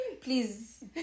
Please